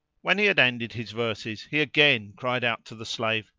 when he had ended his verses he again cried out to the slave,